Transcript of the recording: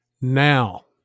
now